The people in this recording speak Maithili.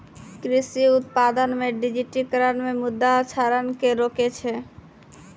कृषि उत्पादन मे डिजिटिकरण मे मृदा क्षरण के रोकै छै